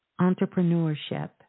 Entrepreneurship